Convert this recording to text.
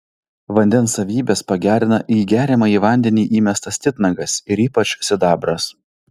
vandens savybes pagerina į geriamąjį vandenį įmestas titnagas ir ypač sidabras